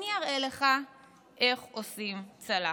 אני אראה לך איך עושים צלחת.